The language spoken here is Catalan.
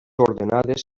ordenades